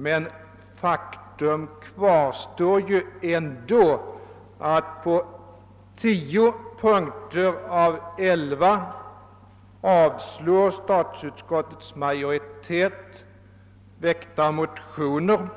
Men faktum kvarstår ändå att på tio punkter av elva avstyrker statsutskottets majoritet de väckta motionerna.